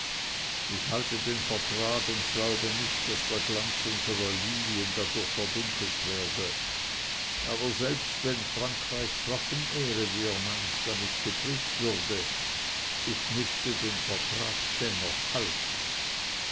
ich halte den vertrag und glaube nicht daß der glanz unsrer lilien dadurch verdunkelt werde aber selbst wenn frankreichs waffenehre wie ihr meint damit getrübt würde ich müßte den vertrag dennoch halten